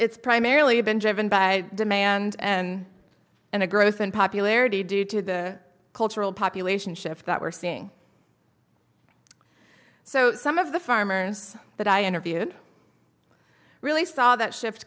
it's primarily been driven by demand and in a growth in popularity due to the cultural population shift that we're seeing so some of the farmers that i interviewed really saw that shift